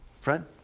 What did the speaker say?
Fred